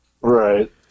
Right